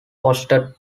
hosted